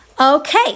Okay